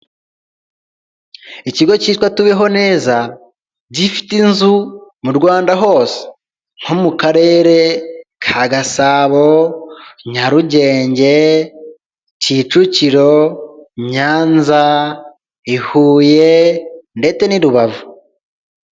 Ikigo kitwa tubeho neza gifite inzu mu Rwanda hose, nko mu karere ka Gasabo, Nyarugenge, Kicukiro, Nyanza, i Huye ndetse n'i Rubavu.